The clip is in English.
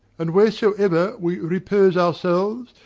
and wheresoever we repose ourselves,